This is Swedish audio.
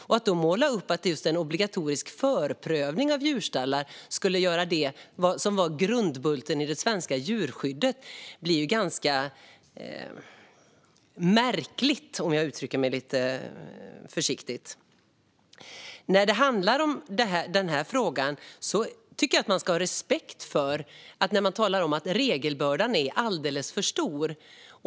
Att man målar upp en bild av att just en obligatorisk förprövning av djurstallar skulle vara grundbulten i det svenska djurskyddet är ganska märkligt, om jag uttrycker mig försiktigt. I den här frågan tycker jag att man ska ha respekt för dem som talar om att regelbördan är alldeles för stor.